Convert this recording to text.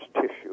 tissue